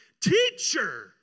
Teacher